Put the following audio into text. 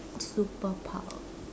superpower